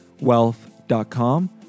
Wealth.com